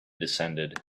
descended